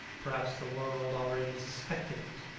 perhaps the world already suspected it.